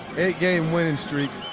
eight-game winning streak,